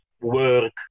work